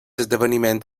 esdeveniment